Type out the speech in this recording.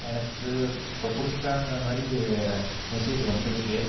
எனக்கு இப்போ பிடிச்சிருக்காங்கற மாதிரி மெசேஜ் வந்துருக்குது